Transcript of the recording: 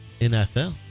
nfl